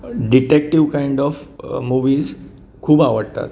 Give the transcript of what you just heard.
detective kind of movies खूब आवडटात